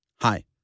Hi